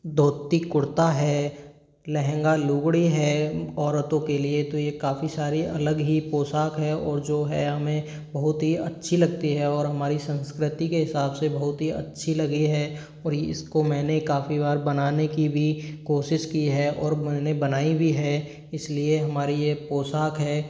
धोती कुर्ता है लहंगा लूगड़ी है औरतों के लिए तो ये काफ़ी सारे अलग ही पोशाक हैं और जो है हमें बहुत ही अच्छी लगती है और हमारी संस्कृति के हिसाब से बहुत ही अच्छी लगी है और इसको मैंने काफ़ी बार बनाने की भी कोशिश की है और मैंने बनाई भी है इसलिए हमारी ये पोशाक है